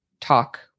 talk